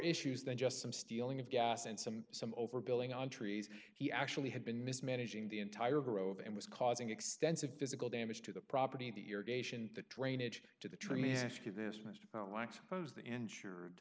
issues than just some stealing of gas and some some overbuilding on trees he actually had been mismanaging the entire grove and was causing extensive physical damage to the property the irrigation the drainage to the trim is ask you this mr